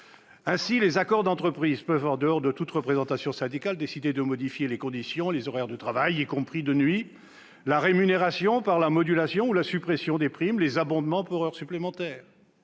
Ainsi, les accords d'entreprise pourront, en dehors de l'intervention de toute représentation syndicale, décider de modifier les conditions et les horaires de travail, y compris de nuit, la rémunération, par la modulation ou la suppression des primes, les abondements pour heures supplémentaires.